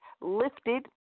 lifted